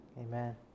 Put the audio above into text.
Amen